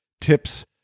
tips